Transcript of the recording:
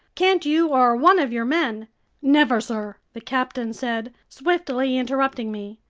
can't you or one of your men never, sir, the captain said, swiftly interrupting me.